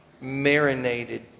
marinated